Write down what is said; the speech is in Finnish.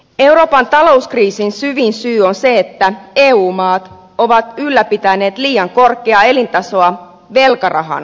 euroopan talouskriisin syvin syy on se että eu maat ovat ylläpitäneet liian korkeaa elintasoa velkarahan turvin